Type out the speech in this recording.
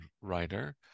writer